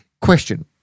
question